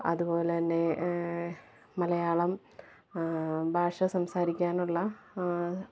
അതുപോലെതന്നെ മലയാളം ഭാഷ സംസാരിക്കാനുള്ള